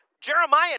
Jeremiah